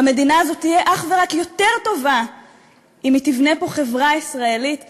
והמדינה הזאת תהיה אך ורק יותר טובה אם היא תבנה פה חברה ישראלית אחת,